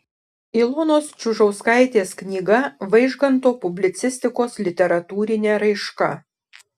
ilonos čiužauskaitės knyga vaižganto publicistikos literatūrinė raiška